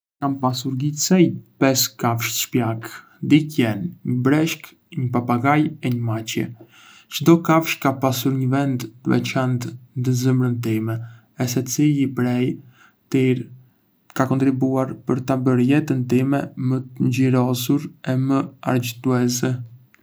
Kam pasur gjithsej pesë kafshë shtëpiake: dy qen, një breshkë, një papagall e një mace. Çdo kafshë ka pasur një vend të veçantë ndë zemrën time e secili prej tyre ka kontribuar për ta bërë jetën time më të ngjyrosur e më argëtuese.